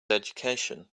education